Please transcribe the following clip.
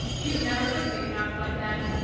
you never could take a knock like that.